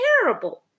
terrible